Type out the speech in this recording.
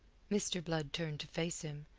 mr. blood turned to face him,